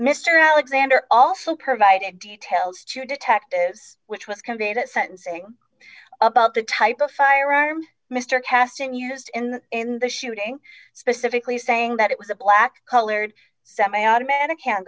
mr alexander also provided details to detectives which was conveyed at sentencing about the type of firearm mr kasten years in in the shooting specifically saying that it was a black colored semiautomatic hand